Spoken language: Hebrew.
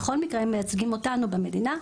בכל מקרה הם מייצגים אותנו במדינה,